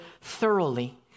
thoroughly